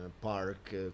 Park